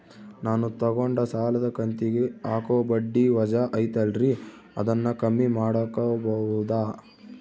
ನಾನು ತಗೊಂಡ ಸಾಲದ ಕಂತಿಗೆ ಹಾಕೋ ಬಡ್ಡಿ ವಜಾ ಐತಲ್ರಿ ಅದನ್ನ ಕಮ್ಮಿ ಮಾಡಕೋಬಹುದಾ?